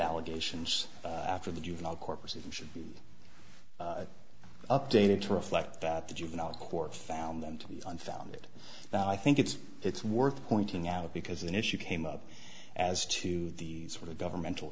allegations after the juvenile court proceeding should be updated to reflect that the juvenile court found them to be unfounded now i think it's it's worth pointing out because an issue came up as to the sort of governmental